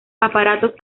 aparatos